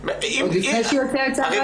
עוד לפני שהיא הוציאה את צו ההגנה?